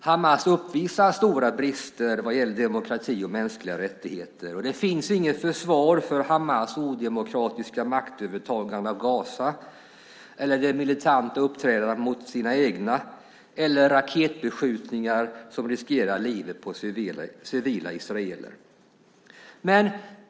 Hamas uppvisar stora brister vad gäller demokrati och mänskliga rättigheter. Det finns inget försvar för Hamas odemokratiska maktövertagande av Gaza, det militanta uppträdandet mot sina egna eller raketbeskjutningar som riskerar livet på civila israeler.